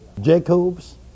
Jacob's